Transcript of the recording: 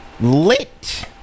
lit